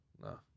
No